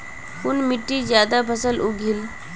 कुन मिट्टी ज्यादा फसल उगहिल?